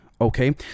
Okay